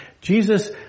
Jesus